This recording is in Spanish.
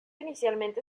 inicialmente